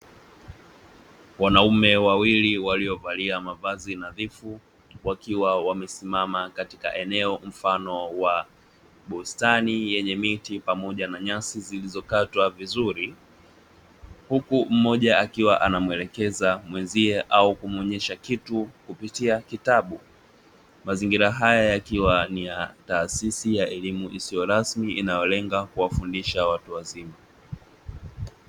Wanaume wawili waliovalia mavazi nadhifu, wakiwa wamesimama katika eneo mfano wa bustani yenye miti pamoja na nyasi zilizokatwa vizuri, huku mmoja akiwa anamuelekeza mwenzie au kumuonyesha kitu kupitia kitabu, mazingira haya yakiwa niya taasisi ya elimu isiyo rasmi, inayolenga kuwafundisha watu wazima.